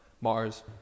Mars